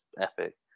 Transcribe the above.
epic